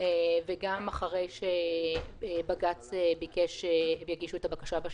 וגם אחרי שבג"ץ ביקש שהם יגישו את הבקשה בשנית.